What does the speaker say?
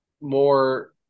more